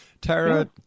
Tara